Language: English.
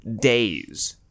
days